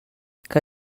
que